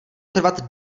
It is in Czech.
trvat